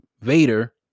Vader